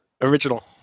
original